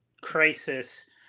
crisis